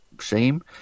shame